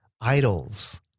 idols